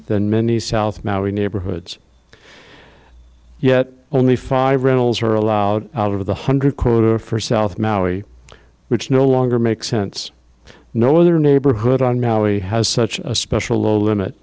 than many south maui neighborhoods yet only five rentals are allowed out of the hundred kroner for south maui which no longer makes sense no other neighborhood on maui has such a special low limit